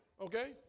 Okay